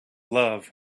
love